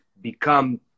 become